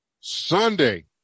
Sunday